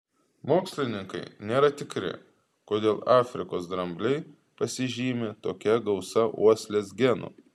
mokslininkai nėra tikri kodėl afrikos drambliai pasižymi tokia gausa uoslės genų